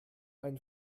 ein